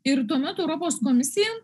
ir tuomet europos komisija